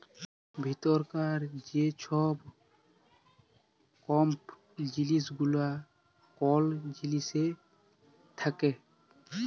ভিতরকার যে ছব কম্পজিসল গুলা কল জিলিসের থ্যাকে